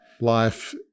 life